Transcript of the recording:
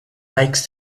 likes